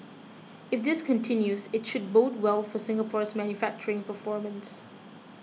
if this continues it should bode well for Singapore's manufacturing performance